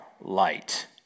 light